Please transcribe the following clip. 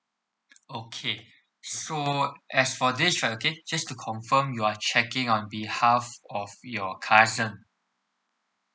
okay so as for this uh okay just to confirm you are checking on behalf of your cousin